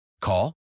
Call